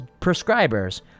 prescribers